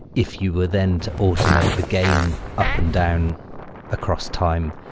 if you were then to automate the gain up and down across time,